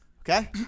Okay